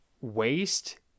waste